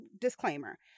disclaimer